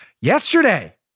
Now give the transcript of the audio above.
yesterday